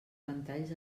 ventalls